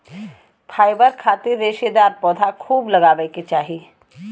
fibre खातिर रेशेदार पौधा खूब लगावे के चाही